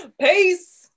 Peace